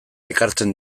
ekartzen